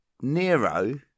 Nero